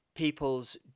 people's